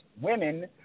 women